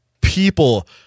people